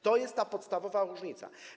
To jest ta podstawowa różnica.